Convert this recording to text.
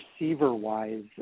receiver-wise